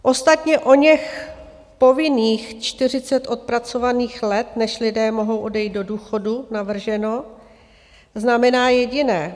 Ostatně oněch povinných 40 odpracovaných let, než lidé mohou odejít do důchodu, navrženo, znamená jediné.